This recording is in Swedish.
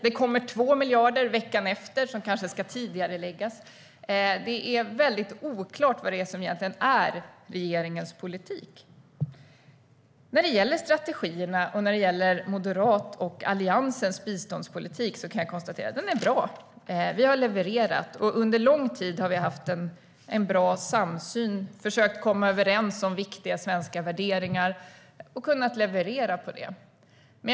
Det kommer 2 miljarder veckan efter som kanske ska tidigareläggas. Det är oklart vad som är regeringens politik. I fråga om strategierna och Moderaternas och Alliansens biståndspolitik konstaterar jag att politiken är bra. Vi har levererat. Under lång tid har vi haft en bra samsyn och försökt att komma överens om viktiga svenska värderingar, och vi har levererat i den frågan.